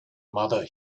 mother